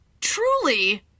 truly